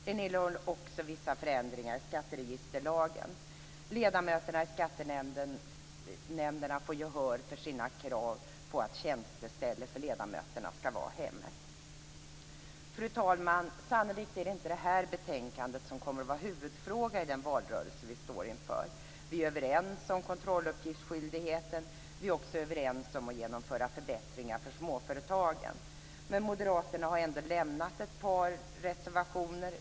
Den innehåller också vissa förändringar i skatteregisterlagen. Ledamöterna i skattenämnderna får gehör för sina krav på att tjänsteställe för ledamöterna skall vara hemmet. Fru talman! Sannolikt är det inte det här betänkandet som kommer att vara huvudfråga i den valrörelse vi står inför. Vi är överens om kontrolluppgiftsskyldigheten. Vi är också överens om att genomföra förbättringar för småföretagen. Men moderaterna har ändå lämnat ett par reservationer.